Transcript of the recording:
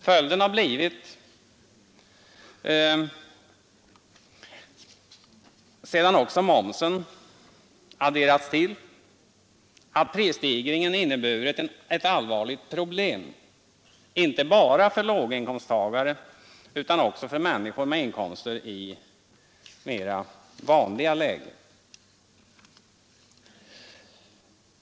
Följden har blivit — sedan också momsen adderats — att prisstegringen inneburit ett allvarligt problem inte bara för låginkomsttagare utan också för människor med inkomster i mera vanliga lägen.